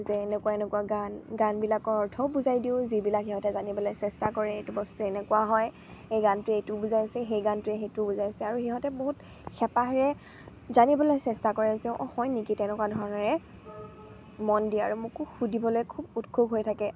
যে এনেকুৱা এনেকুৱা গান গানবিলাকৰ অৰ্থও বুজাই দিওঁ যিবিলাক সিহঁতে জানিবলৈ চেষ্টা কৰে এইটো বস্তু এনেকুৱা হয় এই গানটোৱে এইটো বুজাইছে সেই গানটোৱে সেইটোও বুজাইছে আৰু সিহঁতে বহুত হেঁপাহেৰে জানিবলৈ চেষ্টা কৰে যে অ হয় নেকি তেনেকুৱা ধৰণেৰে মন দিয়ে আৰু মোকো সুধিবলৈ খুব উৎসুক হৈ থাকে